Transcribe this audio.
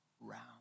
round